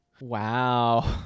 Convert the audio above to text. Wow